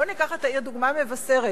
בואו ניקח לדוגמה את מבשרת.